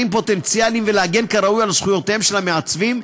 פוטנציאליים ולהגן כראוי על זכויותיהם של המעצבים,